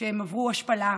שהן עברו השפלה,